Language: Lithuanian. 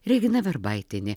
regina verbaitienė